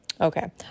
okay